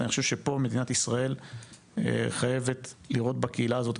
אני חושב שמדינת ישראל חייבת לראות בקהילה הזאת,